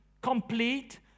complete